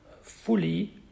fully